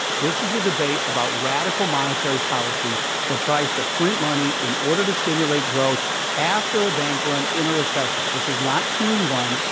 this is a debate about radical monetary policy that tries to print money in order to stimulate growth after a bank run in a recession. this is not q e one.